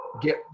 get